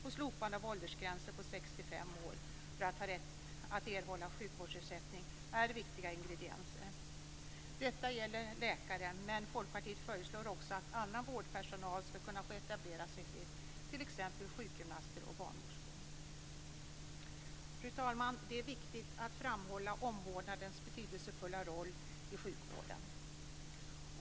Likaså måste åldersgränsen på 65 år för att ha rätt att erhålla sjukvårdsersättning slopas. Det är viktiga ingredienser. Detta gäller läkare, men Folkpartiet föreslår också att annan vårdpersonal skall kunna få etablera sig fritt, t.ex. sjukgymnaster och barnmorskor. Fru talman! Det är viktigt att framhålla omvårdnadens betydelsefulla roll i sjukvården.